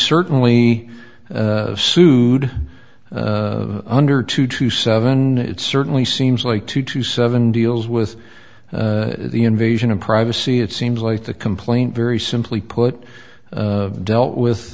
certainly sued under two to seven it certainly seems like two to seven deals with the invasion of privacy it seems like the complaint very simply put dealt with